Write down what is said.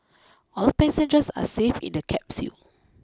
all passengers are safe in the capsule